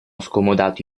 scomodato